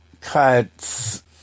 cuts